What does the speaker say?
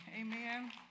Amen